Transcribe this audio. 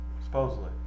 Supposedly